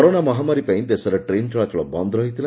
corona ମହାମାରୀ ପାଇଁ ଦେଶରେ ଟ୍ରେନ ଚଳାଚଳ ବନ୍ଦ ରହିଥିଲା